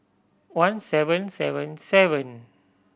one seven seven seven